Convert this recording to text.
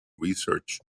research